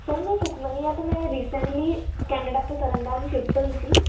sir ਮੈਂ ਸੁਖਮਨੀ ਹਾਂ ਅਤੇ ਮੈਂ ਰੀਸੈਂਟਲੀ ਕੈਨੇਡਾ ਤੋਂ ਤਰਨਤਾਰਨ ਸ਼ਿਫਟ ਹੋਈ ਸੀ